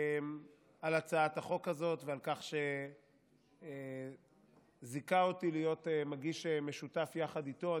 על הצעת החוק הזאת ועל כך שזיכה אותי להיות מגיש שותף יחד איתו.